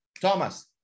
thomas